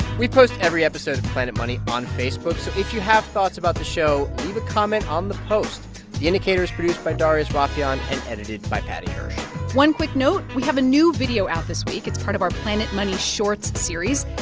we post every episode of planet money on facebook. so if you have thoughts about the show, leave a comment on the post. the indicator is produced by darius rafieyan and edited by paddy hirsch one quick note we have a new video out this week. it's part of our planet money shorts series.